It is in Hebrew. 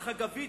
החגבית,